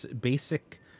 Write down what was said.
basic